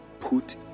put